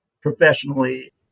professionally